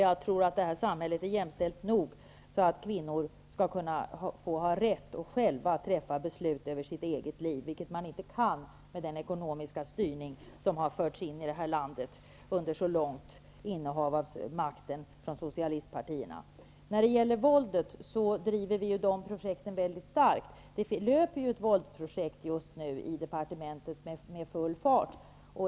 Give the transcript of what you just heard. Jag tror att det här samhället är jämställt nog för att kvinnor skall ha rätt att själva träffa beslut om sitt eget liv, vilket man inte kan med den ekonomiska styrning som har förts in här i landet under socialistpartiernas långa innehav av makten. När det gäller våldet vill jag säga att vi driver projekt mot det väldigt starkt. Det löper just nu ett våldsbekämpningsprojekt i departementet med full fart.